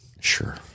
Sure